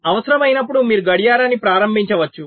అవసరమైనప్పుడు మీరు గడియారాన్ని ప్రారంభించవచ్చు